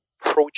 project